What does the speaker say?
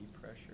pressure